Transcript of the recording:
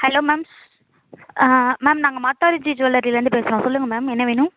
hello ma'am ma'am நாங்க மாத்தாரஜி ஜுவல்லரிலேருந்து பேசுகிறோம் சொல்லுங்கள் மேம் என்ன வேணும்